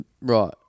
Right